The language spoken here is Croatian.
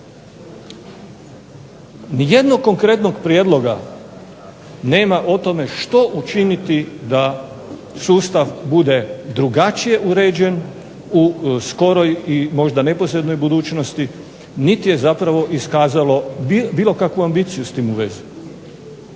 Ni jednog konkretnog prijedloga nema o tome što učiniti da sustav bude drugačije uređen u skoroj i možda neposrednoj budućnosti, niti je zapravo iskazalo bilo kakvu ambiciju s tim u vezi.